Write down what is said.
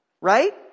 right